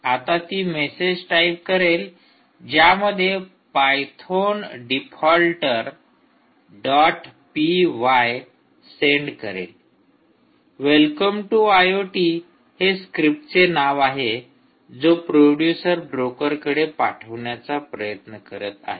आता ती message type करेल ज्यामध्ये Python defaulter dot P Y send करेल वेलकम टू आयओटी हे स्क्रिप्टचे नाव आहे जो प्रोडूसर ब्रोकरकडे पाठवण्याचा प्रयत्न करत आहे